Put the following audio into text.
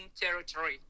territory